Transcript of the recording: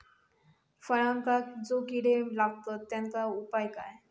फळांका जो किडे लागतत तेनका उपाय काय?